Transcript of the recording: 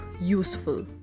useful